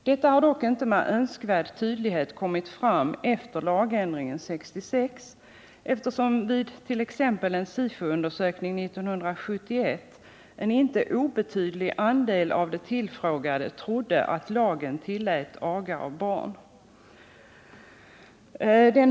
Detta har dock inte med önskvärd tydlighet kommit fram efter lagändringen 1966 eftersom vid en SIFO-undersökning 1971 en inte obetydlig andel av de tillfrågade trodde att lagen tillät aga av barn.